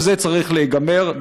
כל זה צריך להיגמר.